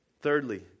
Thirdly